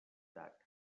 that